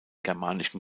germanischen